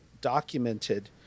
documented